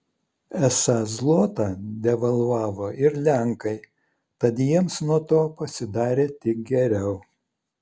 esą zlotą devalvavo ir lenkai tad jiems nuo to pasidarė tik geriau